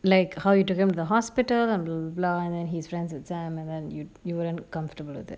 like how you took them to the hospital on blue line and his friends exam and then you you wouldn't comfortable with it